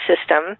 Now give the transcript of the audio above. system